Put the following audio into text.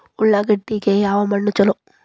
ಉಳ್ಳಾಗಡ್ಡಿಗೆ ಯಾವ ಮಣ್ಣು ಛಲೋ?